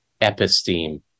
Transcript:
episteme